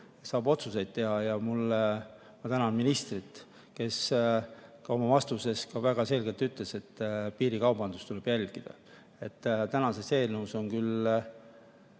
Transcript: saab otsuseid teha. Ma tänan ministrit, kes ka oma vastuses väga selgelt ütles, et piirikaubandust tuleb jälgida. Eelnõus on küll